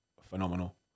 phenomenal